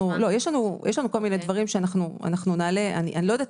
יש לנו כל מיני דברים שנעלה.